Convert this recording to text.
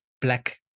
black